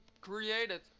created